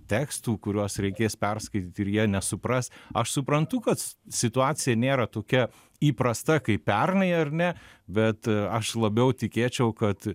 tekstų kuriuos reikės perskaityt ir jie nesupras aš suprantu kad situacija nėra tokia įprasta kaip pernai ar ne bet aš labiau tikėčiau kad